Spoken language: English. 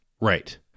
Right